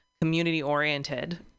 community-oriented